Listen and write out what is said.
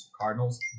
Cardinals